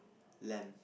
lamb